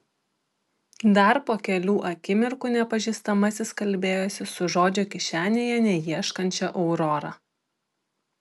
dar po kelių akimirkų nepažįstamasis kalbėjosi su žodžio kišenėje neieškančia aurora